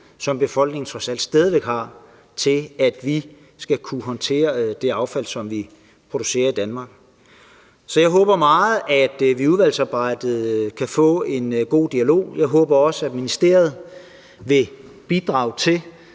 som befolkningen trods alt stadig væk har, til, at vi skal kunne håndtere det affald, som vi producerer i Danmark. Så jeg håber meget, at vi i udvalgsarbejdet kan få en god dialog. Jeg håber også, at ministeriet vil bidrage til,